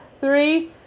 Three